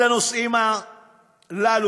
אחד הנושאים הללו